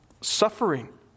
suffering